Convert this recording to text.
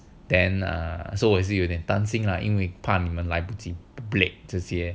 then err so 我也是有点怕啦因为你们来不及 brake 这些